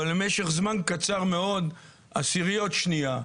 אבל במשך זמן קצר מאוד, עשיריות שנייה,